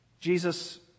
Jesus